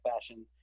fashion